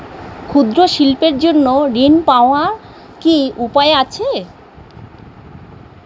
ক্ষুদ্র শিল্পের জন্য ঋণ পাওয়ার কি উপায় আছে?